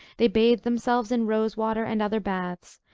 they bathe themselves in rose water and other baths,